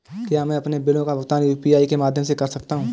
क्या मैं अपने बिलों का भुगतान यू.पी.आई के माध्यम से कर सकता हूँ?